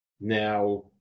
Now